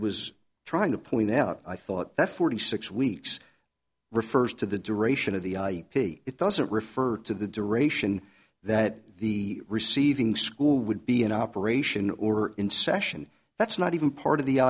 was trying to point out i thought that forty six weeks refers to the duration of the pig it doesn't refer to the duration that the receiving school would be in operation or in session that's not even part of the